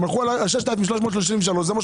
רגע